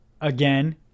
again